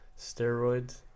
steroids